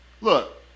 look